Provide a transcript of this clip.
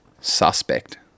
suspect